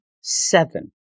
seven